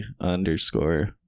underscore